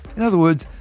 in other words,